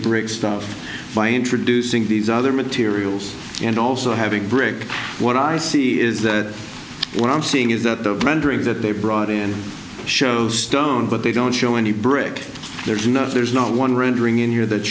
brick stuff by introducing these other materials and also having brick what i see is that what i'm seeing is that the rendering that they brought in shows stone but they don't show any brick there's no there's no one and ring in here that